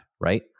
right